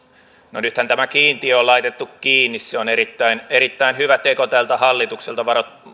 no nythän tämä kiintiö on laitettu kiinni se on erittäin erittäin hyvä teko tältä hallitukselta